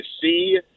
see